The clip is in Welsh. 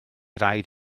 raid